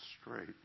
straight